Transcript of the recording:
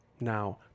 now